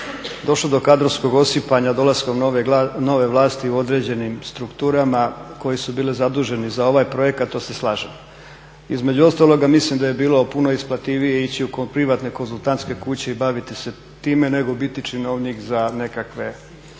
došlo do kadrovskog osipanja dolaskom nove vlasti u određenim strukturama koje su bile zadužene za ovaj projekt to se slažem. Između ostaloga mislim da je bilo puno isplativije ići u privatne konzultantske kuće i baviti se time nego biti činovnik za nekakvu